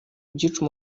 byica